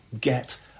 get